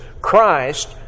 Christ